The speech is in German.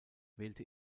wählte